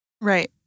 Right